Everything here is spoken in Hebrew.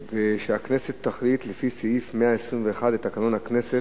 שהכנסת תחליט לפי סעיף 121 לתקנון הכנסת,